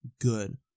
good